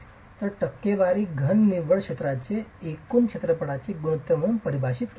तर टक्केवारी घन निव्वळ क्षेत्राचे एकूण क्षेत्रफळाचे गुणोत्तर म्हणून परिभाषित केली जाते